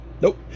Nope